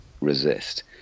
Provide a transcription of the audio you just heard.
resist